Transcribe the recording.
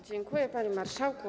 Dziękuję, panie marszałku.